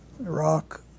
Iraq